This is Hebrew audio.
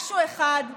משהו אחד שלמדנו,